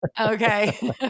Okay